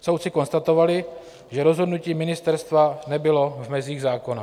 Soudci konstatovali, že rozhodnutí ministerstva nebylo v mezích zákona.